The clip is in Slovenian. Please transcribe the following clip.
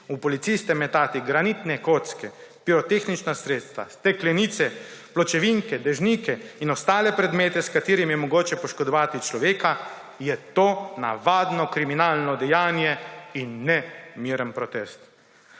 v policiste metati granitne kocke, pirotehnična sredstva, steklenice, pločevinke, dežnike in ostale predmete, s katerimi je mogoče poškodovati človeka, je to navadno kriminalno dejanje in ne miren protest.